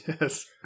yes